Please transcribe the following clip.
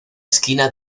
esquina